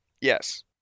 Yes